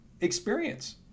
experience